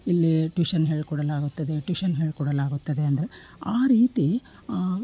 ಇಲ್ಲಿ ಟ್ಯೂಷನ್ ಹೇಳಿಕೊಡಲಾಗುತ್ತದೆ ಟ್ಯೂಷನ್ ಹೇಳಿಕೊಡಲಾಗುತ್ತದೆ ಅಂದರೆ ಆ ರೀತಿ ಆ